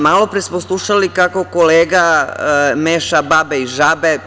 Malo pre smo slušali kako kolega meša babe i žabe.